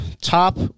Top